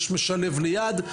יש משלב ליד,